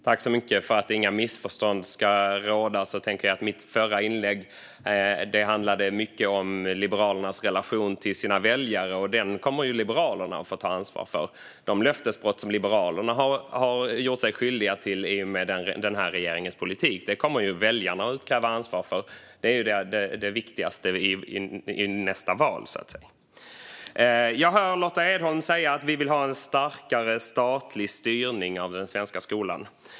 Fru talman! För att det inte ska råda några missförstånd handlade mitt förra inlägg mycket om Liberalernas relation till sina väljare, och den kommer Liberalerna att få ta ansvar för. De löftesbrott som Liberalerna har gjort sig skyldiga till i och med regeringens politik kommer väljarna att utkräva ansvar för, och det är det viktigaste inför nästa val. Jag hör Lotta Edholm säga att vi vill ha en starkare statlig styrning av den svenska skolan.